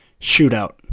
Shootout